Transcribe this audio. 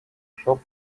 shop